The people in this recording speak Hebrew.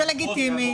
כולנו